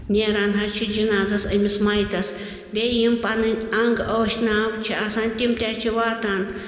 نیران حظ چھِ جنازَس أمِس مَیتَس بیٚیہِ یِم پَنٕنۍ اَنٛگ ٲشناو چھِ آسان تِم تہِ حظ چھِ واتان